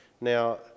Now